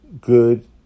good